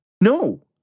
No